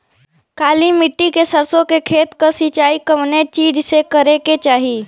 काली मिट्टी के सरसों के खेत क सिंचाई कवने चीज़से करेके चाही?